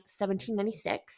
1796